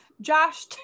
josh